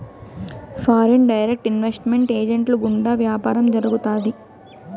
foreign direct investment ఏజెంట్ల గుండా వ్యాపారం జరుగుతాది